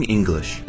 English